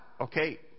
Okay